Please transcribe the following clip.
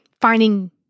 finding